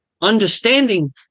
understanding